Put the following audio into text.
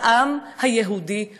לעם היהודי כולו.